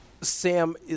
Sam